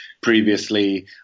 previously